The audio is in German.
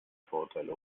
vorurteile